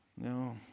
no